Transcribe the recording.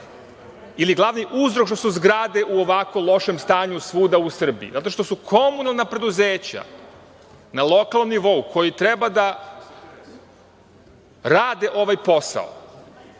ili glavni uzrok što su zgrade u ovako lošem stanju svuda u Srbiji, zato što su komunalna preduzeća na lokalnom nivou koji treba da rade ovaj posao,